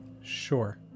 Sure